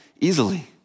easily